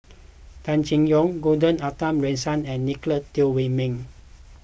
Tan Chay Yan Gordon Arthur Ransome and Nicolette Teo Wei Min